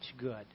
good